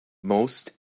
most